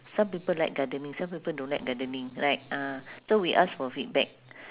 some people like gardening some people don't like gardening right ah so we ask for feedback